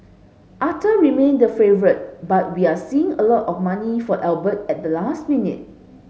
Arthur remain the favourite but we're seeing a lot of money for Albert at the last minute